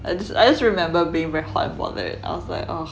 I just I just remember being very hot for it